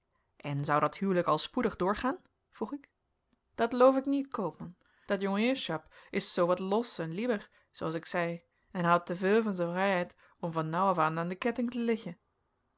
en zou dat huwelijk al spoedig doorgaan vroeg ik dat loof ik niet koopman dat jonge heerschap is zoo wat los en liber zooals ik zei en houdt te veul van zijn vrijheid om van nou af aan den ketting te liggen